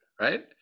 right